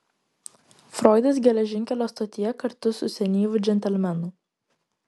froidas geležinkelio stotyje kartu su senyvu džentelmenu